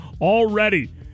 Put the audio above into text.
Already